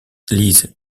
liz